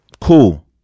cool